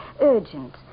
urgent